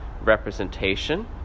representation